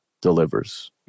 delivers